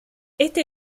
este